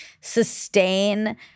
sustain